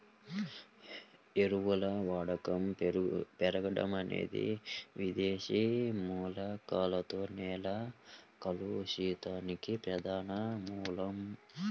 ఎరువుల వాడకం పెరగడం అనేది విదేశీ మూలకాలతో నేల కలుషితానికి ప్రధాన మూలం